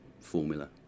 formula